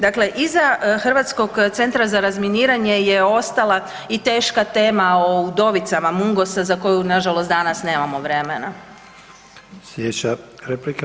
Dakle, iza Hrvatskog centra za razminiranje je ostala i teška tema o udovicama Mungosa za koju nažalost danas nemamo vremena.